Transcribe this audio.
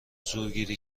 زورگیری